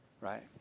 Right